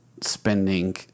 spending